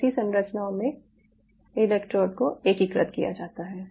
ऐसी संरचनाओं में इलेक्ट्रोड को एकीकृत किया जाता है